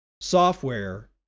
software